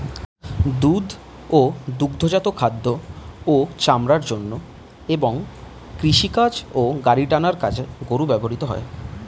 দুধ ও দুগ্ধজাত খাদ্য ও চামড়ার জন্য এবং কৃষিকাজ ও গাড়ি টানার কাজে গরু ব্যবহৃত হয়